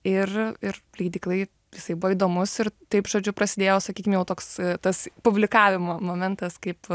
ir ir leidyklai jisai buvo įdomus ir taip žodžiu prasidėjo sakykim jau toks tas publikavimo momentas kaip